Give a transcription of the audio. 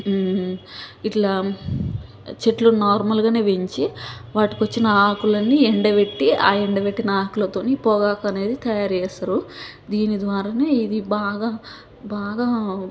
ఇట్లా చెట్లు నార్మల్గానే పెంచి వాటికొచ్చిన ఆకులన్నీ ఎండపెట్టి ఎంపెట్టిన ఆకులతో పొగాకనేది తయారుచేస్తారు దీనిద్వారానే ఇది బాగా బాగా